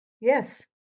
yes